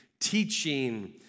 teaching